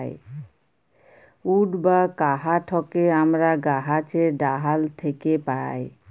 would বা কাহাঠকে আমরা গাহাছের ডাহাল থ্যাকে পাই